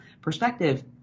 perspective